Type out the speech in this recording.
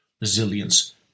resilience